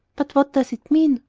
but what does it mean?